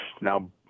now